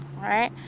right